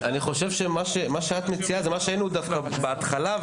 אני חושב שמה שאת מציעה זה מה שהיינו דווקא בהתחלה,